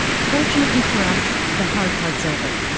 fortunately for us, the hard part's over.